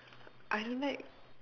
I don't like